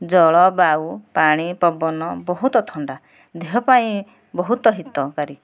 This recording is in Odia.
ଜଳବାୟୁ ପାଣିପବନ ବହୁତ ଥଣ୍ଡା ଦେହ ପାଇଁ ବହୁତ ହିତକାରୀ